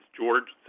George